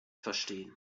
verstehen